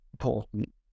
important